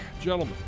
gentlemen